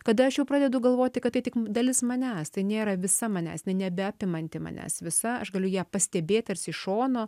kada aš jau pradedu galvoti kad tai tik dalis manęs tai nėra visa manęs nu nebeapimanti manęs visa aš galiu ją pastebėt tarsi iš šono